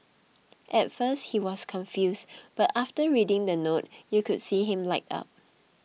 at first he was confused but after reading the note you could see him light up